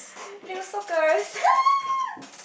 little sock girls